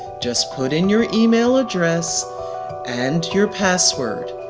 just put in your email address and your password.